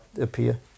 appear